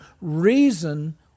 reason